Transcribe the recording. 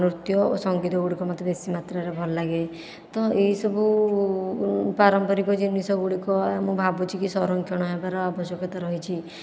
ନୃତ୍ୟ ଓ ସଂଗୀତ ଗୁଡ଼ିକ ମୋତେ ବେଶି ମାତ୍ରାରେ ଭଲ ଲାଗେ ତ ଏହି ସବୁ ପାରମ୍ପାରିକ ଜିନିଷ ଗୁଡ଼ିକ ମୁଁ ଭାବୁଛି କି ସଂରକ୍ଷଣ ହେବାର ଆବଶ୍ୟକତା ରହିଛି